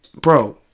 Bro